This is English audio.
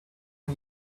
are